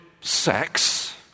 sex